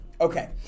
Okay